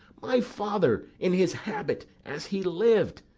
my father, in his habit as he liv'd!